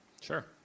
Sure